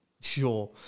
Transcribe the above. Sure